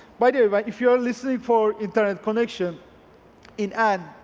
but but if you're listening for internet connection in n,